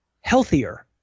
healthier